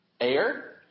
Air